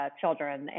children